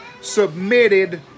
submitted